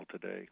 today